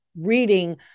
reading